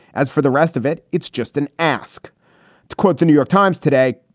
as for the rest of it, it's just an ask to quote the new york times today.